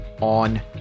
on